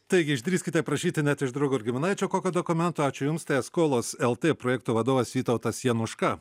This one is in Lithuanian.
taigi išdrįskite prašyti net iš draugo ar giminaičio kokio dokumento ačiū jums tai eskolos lt projekto vadovas vytautas januška